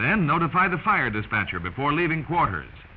then notify the fire dispatcher before leaving waters